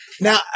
Now